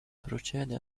procede